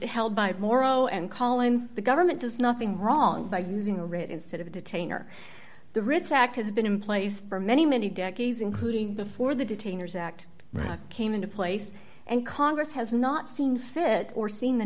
hell by morrow and collins the government does nothing wrong by using a writ instead of a detainer the writs act has been in place for many many decades including before the detainers act came into place and congress has not seen fit or seen the